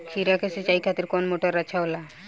खीरा के सिचाई खातिर कौन मोटर अच्छा होला?